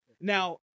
Now